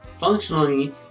Functionally